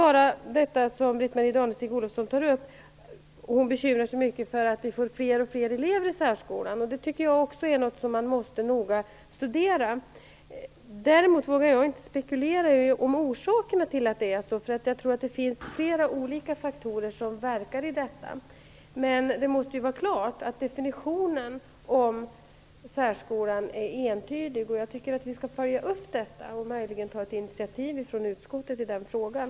Britt-Marie Danestig-Olofsson bekymrar sig över att det blir allt fler elever i särskolan. Jag tycker också att det är något som noga måste studeras. Däremot vågar jag inte spekulera i orsakerna till att det är som det är. Jag tror att flera olika faktorer verkar här. Men helt klart måste definitionen beträffande särskolan vara entydig. Vi behöver följa upp detta. Möjligen bör utskottet ta ett initiativ i den frågan.